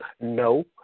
No